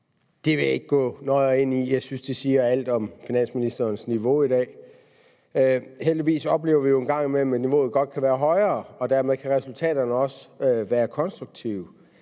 Det vil jeg ikke gå nøjere ind i. Jeg synes, det siger alt om finansministerens niveau i dag. Heldigvis oplever vi jo en gang imellem, at niveauet godt kan være højere, og at resultaterne dermed også kan være konstruktive.